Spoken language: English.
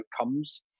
outcomes